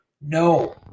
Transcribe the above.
No